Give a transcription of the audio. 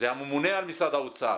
זה הממונה על משרד האוצר.